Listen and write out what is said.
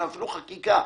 אפילו חקיקה,